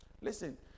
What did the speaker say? Listen